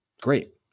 great